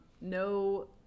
No